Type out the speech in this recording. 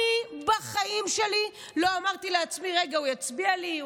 אני בחיים שלי לא אמרתי לעצמי: רגע, הוא יצביע לי?